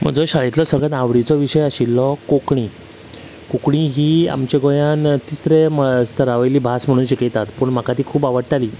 म्हजो शाळेंतलो सगळ्यान आवडीचो विशय आशिल्लो तो कोंकणी कोंकणी ही आमच्या गोंयान तिसऱ्या स्थरा वयली भास म्हणून शिकयतात पूण म्हाका ती खूब आवडटालीं